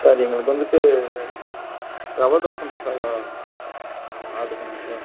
sir எங்களுக்கு வந்துட்டு rava dosa masala order பண்ணணுங்க சார்